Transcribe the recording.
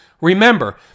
Remember